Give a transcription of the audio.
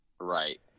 Right